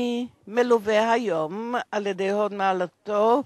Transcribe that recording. אני מלווה היום על-ידי הוד מעלתו,